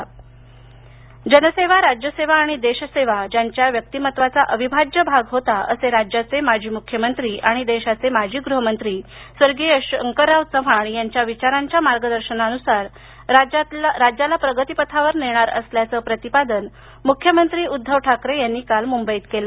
शंकरराव चव्हाण जन्मशताब्दी जनसेवा राज्यसेवा आणि देशसेवा ज्यांच्या व्यक्तिमत्त्वाचा अविभाज्य भाग होता असे राज्याचे माजी मुख्यमंत्री आणि देशाचे माजी गृहमंत्री स्वर्गीय शंकरराव चव्हाण यांच्या विचारांच्या मार्गदर्शनानुसार राज्याला प्रगतीपथावर नेणार असल्याचे प्रतिपादन मुख्यमंत्री उद्धव ठाकरे यांनी काल मुंबईत केल